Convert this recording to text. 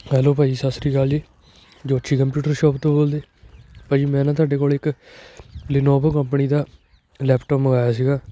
hello ਭਾਅ ਜੀ ਸਤਿ ਸ਼੍ਰੀ ਅਕਾਲ ਜੀ ਜੋਸ਼ੀ ਕੰਪਿਊਟਰ ਸ਼ੋਪ ਤੋਂ ਬੋਲਦੇ ਭਾਅ ਜੀ ਮੈਂ ਨਾ ਤੁਹਾਡੇ ਕੋਲ ਇੱਕ ਲੀਨੋਵੋ ਕੰਪਨੀ ਦਾ ਲੈਪਟੋਪ ਮੰਗਵਾਇਆ ਸੀਗਾ